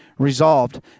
Resolved